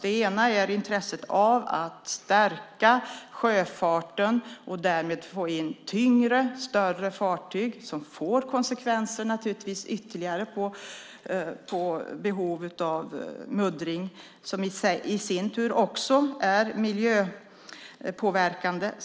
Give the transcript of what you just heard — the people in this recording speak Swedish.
Ett ben handlar om intresset för att stärka sjöfarten och därmed få in tyngre och större fartyg, vilket naturligtvis får ytterligare konsekvenser när det gäller behovet av muddring som i sin tur också är miljöpåverkande.